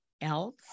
else